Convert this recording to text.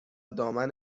دامن